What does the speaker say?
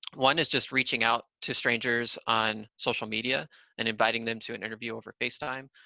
one is just reaching out to strangers on social media and inviting them to an interview over facetime.